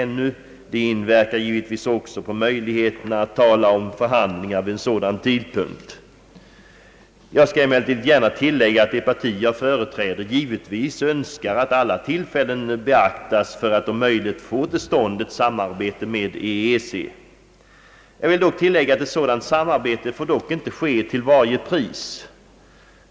Detta inverkar givetvis också på möjligheterna att tala om förhandlingar vid denna tidpunkt. Jag skall emellertid gärna tillägga att det parti jag företräder givetvis önskar att alla tillfällen skall beaktas för att om möjligt få till stånd ett samarbete med EEC. Jag vill dock tillägga att ett sådant samarbete inte får ske till varje pris.